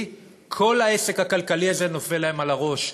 כל העסק הכלכלי הזה נופל להם על הראש.